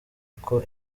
uko